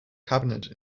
cabinet